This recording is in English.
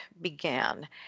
began